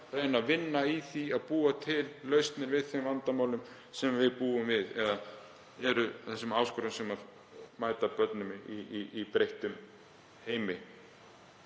reyna að vinna í því að búa til lausnir við þeim vandamálum sem við búum við, þeim áskorunum sem mæta börnum í breyttum heimi.